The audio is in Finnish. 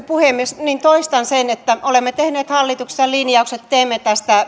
puhemies niin toistan sen että olemme tehneet hallituksessa linjauksen että teemme tästä